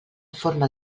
forma